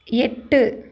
எட்டு